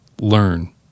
Learn